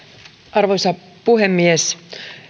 arvoisa puhemies